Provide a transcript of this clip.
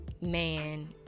man